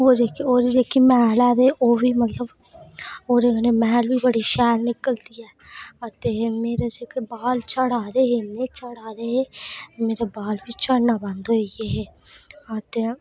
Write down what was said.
ओह्दे च ओह्दी जेह्की मैल ऐ ते ओह् बी मतलब ओह्दे कन्नै मैल बी बड़ी शैल निकलदी ऐ अते मेरे जेह्के बाल झड़ै दे मेरे बाल बी झड़ना बंद होई गे हे अते